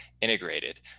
integrated